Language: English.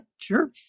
sure